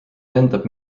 lendab